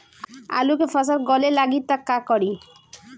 आलू के फ़सल गले लागी त का करी?